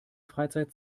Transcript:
freizeit